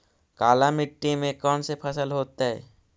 काला मिट्टी में कौन से फसल होतै?